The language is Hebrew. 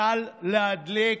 קל להדליק,